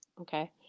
Okay